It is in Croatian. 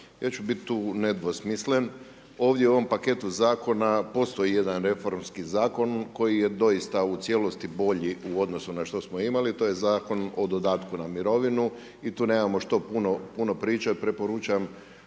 Ja ću biti tu nedvosmislen, ovdje u ovom paketu zakona postoji jedan reformski zakon koji je doista u cijelosti bolji u odnosu na što smo imali, to je Zakon o dodatku na mirovinu i tu nemamo što puno pričati, preporučam